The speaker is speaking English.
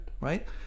right